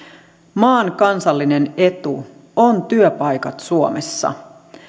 maan kansallinen etu on työpaikat suomessa